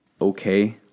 okay